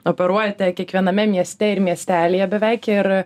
operuojate kiekviename mieste ir miestelyje beveik ir